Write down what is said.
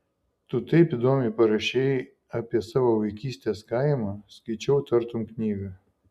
tu taip įdomiai parašei apie savo vaikystės kaimą skaičiau tartum knygą